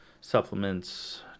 supplements